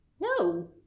No